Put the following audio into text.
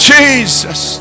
Jesus